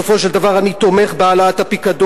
בסופו של דבר אני תומך בהעלאת הפיקדון,